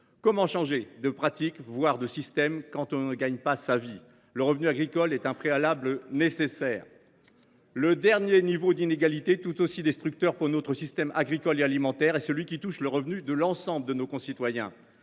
comment changer de pratiques, voire de système, quand on ne gagne pas sa vie ? En la matière, le revenu agricole est un préalable nécessaire. Le dernier niveau d’inégalité, tout aussi destructeur pour notre système agricole et alimentaire, est celui qui a trait aux revenus de l’ensemble de nos concitoyens.